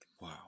Wow